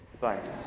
Thanks